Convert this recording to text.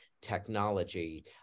technology